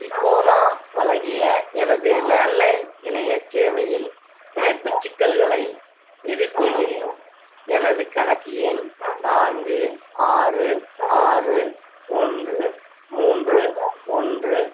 டிக்கோனா வழங்கிய எனது லேண்ட்லைன் இணையச் சேவையில் இணைப்புச் சிக்கல்களை எதிர்கொள்கின்றேன் எனது கணக்கு எண் நான்கு ஆறு ஆறு ஒன்று மூன்று ஒன்று